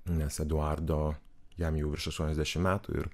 nes eduardo jam jau virš aštuoniasdešimt metų ir